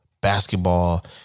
Basketball